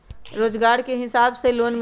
रोजगार के हिसाब से लोन मिलहई?